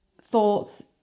thoughts